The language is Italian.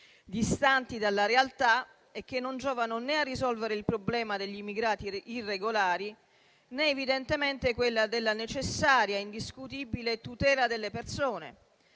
distanti dalla realtà e che non giovano né a risolvere il problema degli immigrati irregolari, né evidentemente quello della necessaria e indiscutibile tutela delle persone,